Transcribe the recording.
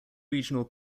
regional